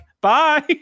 bye